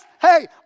hey